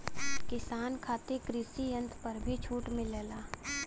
किसान खातिर कृषि यंत्र पर भी छूट मिलेला?